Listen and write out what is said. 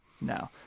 No